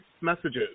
messages